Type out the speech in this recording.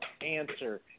answer